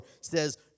says